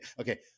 okay